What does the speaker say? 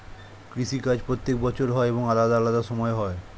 কৃষি কাজ প্রত্যেক বছর হয় এবং আলাদা আলাদা সময় হয়